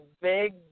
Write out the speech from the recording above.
big